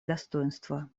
достоинства